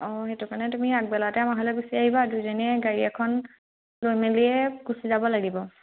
অঁ সেইটো কাৰণে তুমি আগবেলাতে আমাৰ ঘৰলৈ গুচি আহিবা দুইজনীয়ে গাড়ী এখন লৈ মেলিয়ে গুচি যাব লাগিব